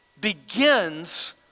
begins